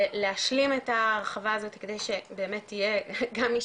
להשלים את ההרחבה הזאת כדי שבאמת יהיה גם מי